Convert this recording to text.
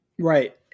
Right